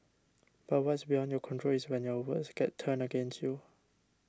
but what's beyond your control is when your words get turned against you